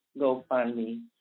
GoFundMe